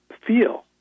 feel